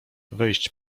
wejść